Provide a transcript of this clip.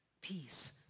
peace